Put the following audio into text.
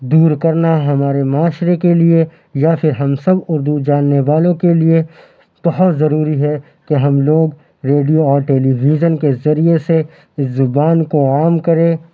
دور کرنا ہمارے معاشرے کے لیے یا پھر ہم سب اُردو جاننے والوں کے لیے بہت ضروری ہے کہ ہم لوگ ریڈیو اور ٹیلی ویزن کے ذریعے سے زبان کو عام کرے